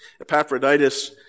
Epaphroditus